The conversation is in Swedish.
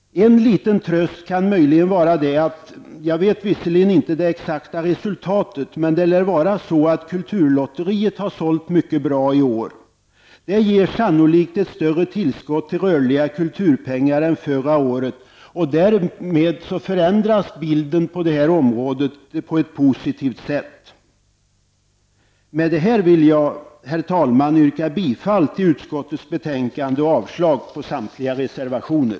En liten tröst kan möjligen vara att -- jag vet visserligen inte det exakta resultatet -- kulturlotteriet lär ha sålt mycket bra i år. Det ger sannolikt ett större tillskott av rörliga kulturpengar än förra året. Därmed förändras bilden på det här området på ett positivt sätt. Med detta vill jag, herr talman, yrka bifall till utskottets hemställan och avslag på samtliga reservationer.